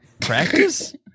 practice